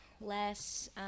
Less